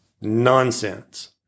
Nonsense